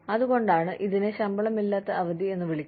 അതുകൊണ്ടാണ് ഇതിനെ ശമ്പളമില്ലാത്ത അവധി എന്ന് വിളിക്കുന്നത്